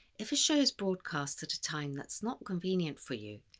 if a show is broadcast at a time that's not convenient for you,